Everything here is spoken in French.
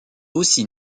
aussi